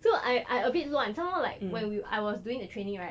so I I I a bit 乱 some more like when we when I was doing the training right